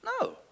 No